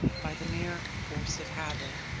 by the mere force of habit.